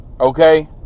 Okay